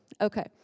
Okay